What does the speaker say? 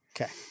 Okay